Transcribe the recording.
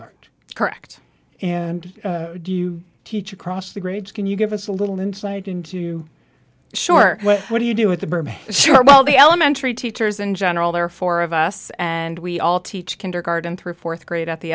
art correct and do you teach across the grades can you give us a little insight into sure what do you do with the burmese sure of all the elementary teachers in general there are four of us and we all teach kindergarten through fourth grade at the